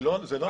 זה לא נכון.